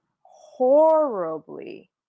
horribly